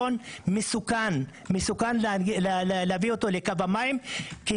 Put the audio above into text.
צריך לזכור ששביל מבטון מסוכן להביא לקו המים כי